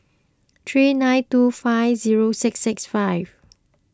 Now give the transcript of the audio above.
three nine two five zero six six five